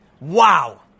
Wow